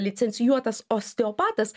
licencijuotas osteopatas